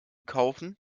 kaufen